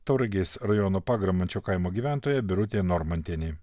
tauragės rajono pagramančio kaimo gyventoja birutė normantienė